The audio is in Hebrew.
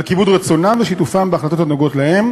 על כיבוד רצונם ושיתופם בהחלטות הנוגעות להם.